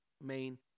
main